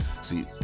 See